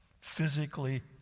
physically